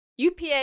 UPA